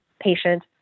patient